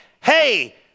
hey